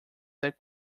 that